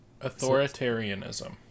authoritarianism